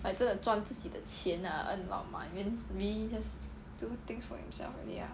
like 真的赚自己的钱 ah earn a lot of money then really just do things for himself already ah